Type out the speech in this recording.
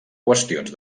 qüestions